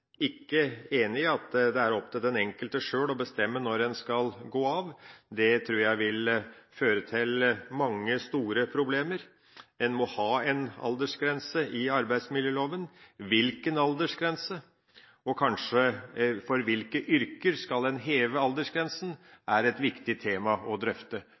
ikke enig i at det er opp til den enkelte sjøl å bestemme når en skal gå av. Det tror jeg vil føre til mange store problemer. En må ha en aldersgrense i arbeidsmiljøloven. Hvilken aldersgrense, og kanskje for hvilke yrker en skal heve aldersgrensa, er et viktig tema å drøfte.